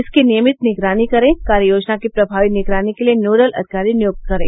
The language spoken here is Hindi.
इसकी नियमित निगरानी करें कार्ययोजना की प्रभावी निगरानी के लिए नोडल अधिकारी नियुक्त करें